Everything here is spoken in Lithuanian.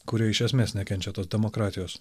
kurie iš esmės nekenčia tos demokratijos